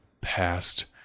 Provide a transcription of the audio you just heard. past